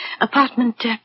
apartment